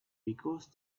because